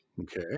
Okay